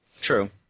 True